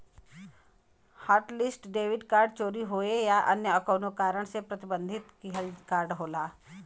hotlist debit card चोरी होये या अन्य कउनो कारण से प्रतिबंधित किहल कार्ड होला